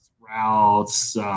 routes